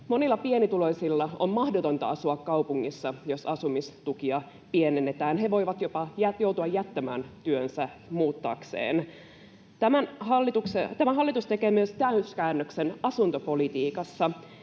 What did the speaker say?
Monien pienituloisten on mahdotonta asua kaupungissa, jos asumistukia pienennetään. He voivat jopa joutua jättämään työnsä muuttaakseen. Tämä hallitus tekee myös täyskäännöksen asuntopolitiikassa: